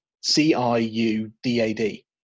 c-i-u-d-a-d